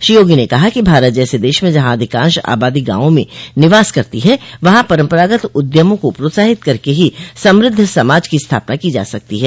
श्री योगी ने कहा कि भारत जैसे देश में जहां अधिकांश आबादी गांवों में निवास करती है वहां परम्परागत उद्यमों को प्रोत्साहित करके ही समृद्ध समाज की स्थापना की जा सकती हैं